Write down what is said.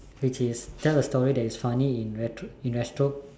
which is tell a story that is funny in retro~ in retro~